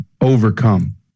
overcome